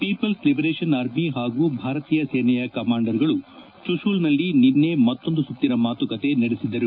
people's liberation army ಹಾಗೂ ಭಾರತೀಯ ಸೇನೆಯ ಕಮಾಂಡರ್ಗಳು ಚುಶೂಲ್ನಲ್ಲಿ ನಿನ್ನೆ ಮತ್ತೊಂದು ಸುತ್ತಿನ ಮಾತುಕತೆ ನಡೆಸಿದರು